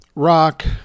Rock